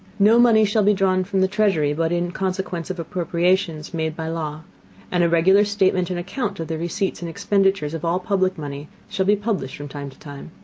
no money shall be drawn from the treasury, but in consequence of appropriations made by law and a regular statement and account of the receipts and expenditures of all public money shall be published from time to time.